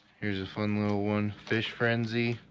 here's a fun, little one, fish frenzy,